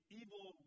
evil